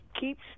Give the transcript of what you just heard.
Keeps